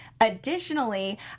Additionally